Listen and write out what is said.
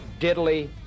diddly